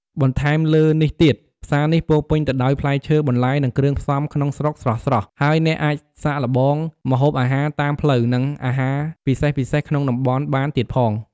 បន្ថែមលើនេះទៀត ផ្សារនេះពោរពេញទៅដោយផ្លែឈើ បន្លែ និងគ្រឿងផ្សំក្នុងស្រុកស្រស់ៗ ហើយអ្នកអាចសាកល្បងម្ហូបអាហារតាមផ្លូវ និងអាហារពិសេសៗក្នុងតំបន់បានទៀតផង។